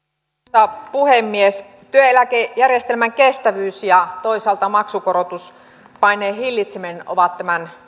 arvoisa puhemies työeläkejärjestelmän kestävyys ja toisaalta maksukorotuspaineen hillitseminen ovat tämän